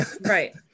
Right